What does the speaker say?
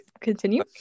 continue